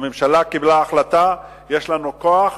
הממשלה קיבלה החלטה, יש לנו כוח,